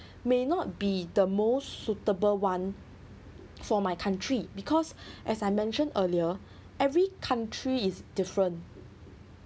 may not be the most suitable one for my country because as I mentioned earlier every country is different